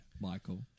Michael